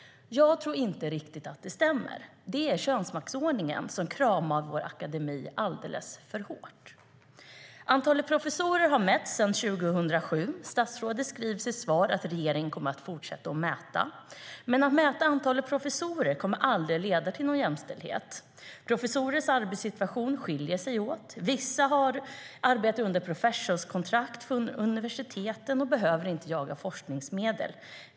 Jag tror inte riktigt att det stämmer. Det är könsmaktsordningen som kramar vår akademi alldeles för hårt. Antalet professorer har mätts sedan 2007. Statsrådet skriver i sitt svar att regeringen kommer att fortsätta att mäta. Men att mäta antalet professorer kommer aldrig att leda till någon jämställdhet. Professorers arbetssituation skiljer sig åt. Vissa arbetar under professorskontrakt via universiteten och behöver inte jaga forskningsmedel.